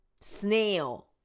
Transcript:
Snail